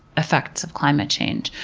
effects of climate change,